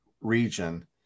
region